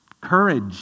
Courage